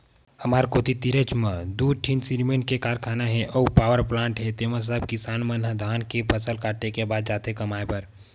हमर कोती तीरेच म दू ठीन सिरमेंट के कारखाना हे अउ पावरप्लांट हे तेंमा सब किसान मन ह धान के फसल काटे के बाद जाथे कमाए बर